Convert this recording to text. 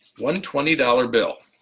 one twenty dollars bill